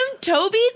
Toby